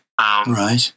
Right